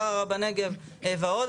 ערערה בנגב ועוד.